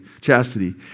chastity